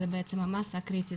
זאת המסה הקריטית,